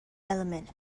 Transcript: element